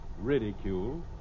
ridiculed